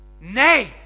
Nay